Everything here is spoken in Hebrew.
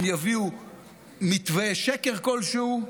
הם יביאו מתווה שקר כלשהו,